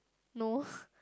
no